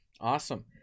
Awesome